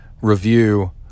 review